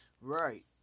Right